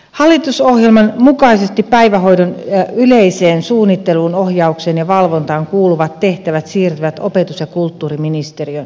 hallitusohjelman mukaisesti päivähoidon yleiseen suunnitteluun ohjaukseen ja valvontaan kuuluvat tehtävät siirtyvät opetus ja kulttuuriministeriöön